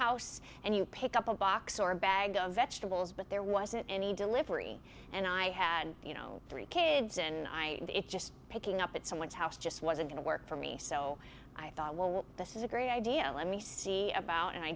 house and you pick up a box or a bag of vegetables but there wasn't any delivery and i had you know three kids and i just picking up at someone's house just wasn't gonna work for me so i thought well this is a great idea let me see about and i